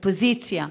אופוזיציה?